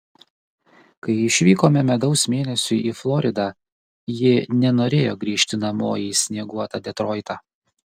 kai išvykome medaus mėnesiui į floridą ji nenorėjo grįžti namo į snieguotą detroitą